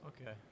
Okay